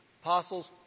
apostles